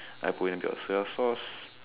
I put in a bit of soy sauce